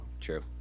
true